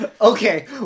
Okay